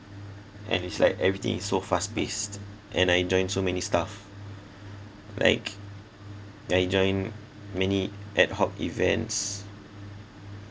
and it's like everything is so fast paced and I joined so many stuff like I joined many ad hoc events